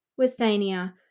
Withania